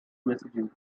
messaging